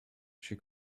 she